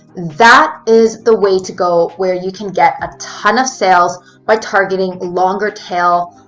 that is the way to go where you can get a ton of sales by targeting longer tail,